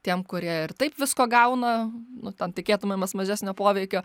tiem kurie ir taip visko gauna nu ten tikėtumėmės mažesnio poveikio